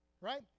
right